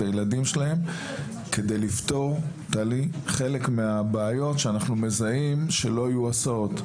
הילדים כדי לפתור חלק מהבעיות שאנחנו מזהים שלא יהיו הסעות.